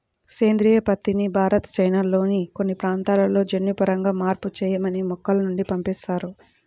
సేంద్రీయ పత్తిని భారత్, చైనాల్లోని కొన్ని ప్రాంతాలలో జన్యుపరంగా మార్పు చేయని మొక్కల నుండి పండిస్తారు